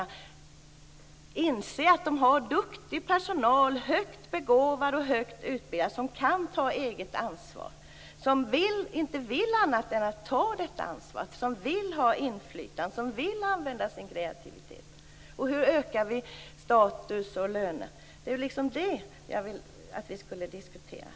Vi måste inse att de har duktig personal, som är högt begåvad och högt utbildad, som kan ta eget ansvar och som inte vill annat än att ta detta ansvar. Den vill ha inflytande och vill använda sin kreativitet. Hur höjer vi status och löner? Det är detta som jag vill att vi skall diskutera.